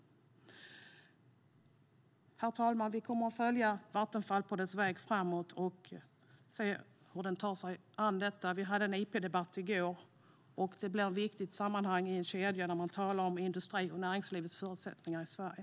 Herr talman! Vi kommer att följa Vattenfall på dess väg framåt och se hur man tar sig an detta. Vi hade en interpellationsdebatt i går. Det blir ett viktigt sammanhang i en kedja när man talar om industrins och näringslivets förutsättningar i Sverige.